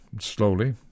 slowly